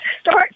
start